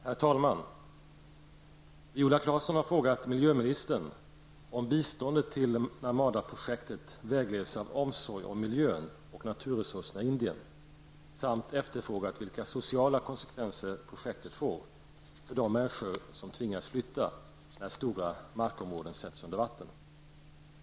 Herr talman! Viola Claesson har frågat miljöministern om biståndet till Narmadaprojektet vägleds av omsorg om miljön och naturresurserna i Indien samt efterfrågat vilka sociala konsekvenser projektet får för de människor som tvingas flytta när stora markområden sätts under vatten.